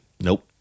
Nope